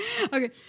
Okay